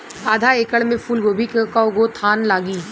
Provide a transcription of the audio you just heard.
आधा एकड़ में फूलगोभी के कव गो थान लागी?